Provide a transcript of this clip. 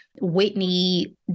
Whitney